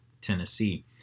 Tennessee